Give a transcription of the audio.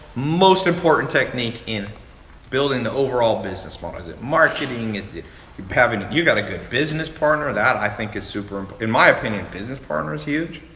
most important technique in building the overall business model. is it marketing? is it having, you got a good business partner. that i think is super, and in my opinion, business partner is huge.